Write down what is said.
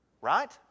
right